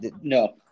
No